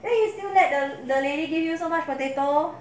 eh you still let the the lady eat so much potato